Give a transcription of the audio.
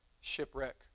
shipwreck